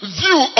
view